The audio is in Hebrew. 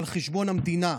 זה על חשבון המדינה,